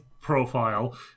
profile